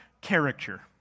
character